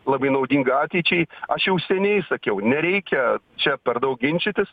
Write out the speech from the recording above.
labai naudingą ateičiai aš jau seniai sakiau nereikia čia per daug ginčytis